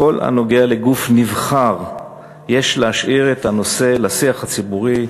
בכל הנוגע לגוף נבחר יש להשאיר את הנושא לשיח הציבורי.